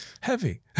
Heavy